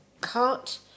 cut